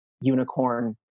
unicorn